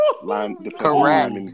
correct